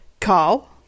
Carl